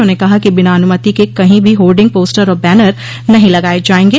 उन्होंने कहा कि बिना अनुमति के कहीं भी होर्डिंग पोस्टर और बैनर नहीं लगाये जायेंगे